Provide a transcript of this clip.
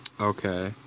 Okay